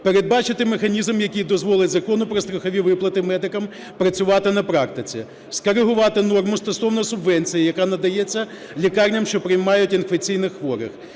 Передбачити механізм, який дозволить Закону про страхові виплати медикам працювати на практиці. Скоригувати норму стосовно субвенції, яка надається лікарням, що приймають інфікованих хворих.